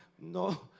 no